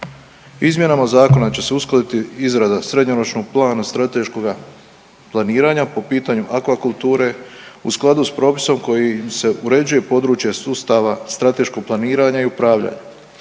Izmjenama zakona će se uskladiti izrada srednjoročnog plana strateškoga planiranja po pitanju akvakulture u skladu s propisom koji su uređuje područje sustava strateškog planiranja i upravljanja.